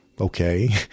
Okay